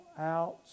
out